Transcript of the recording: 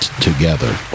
Together